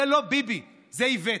זה לא ביבי, זה איווט,